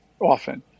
often